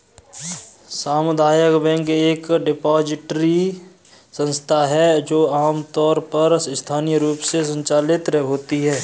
सामुदायिक बैंक एक डिपॉजिटरी संस्था है जो आमतौर पर स्थानीय रूप से संचालित होती है